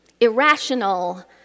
Irrational